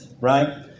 right